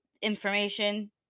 information